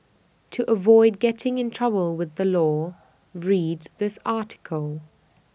to avoid getting in trouble with the law read this article